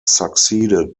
succeeded